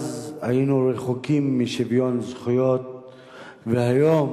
אז היינו רחוקים משוויון זכויות והיום